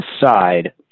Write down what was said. side